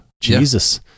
jesus